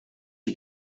you